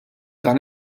dan